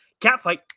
Catfight